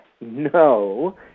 no